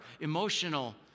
emotional